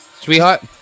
sweetheart